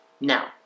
Now